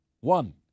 One